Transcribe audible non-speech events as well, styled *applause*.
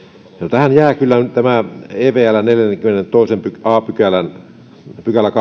tähän jää kyllä tämä evln neljännenkymmenennentoisen a pykälän pykälän *unintelligible*